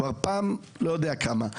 בפעם המי יודע כמה,